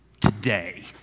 today